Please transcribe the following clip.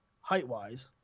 height-wise